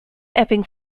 epping